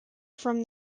from